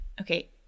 okay